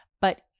but-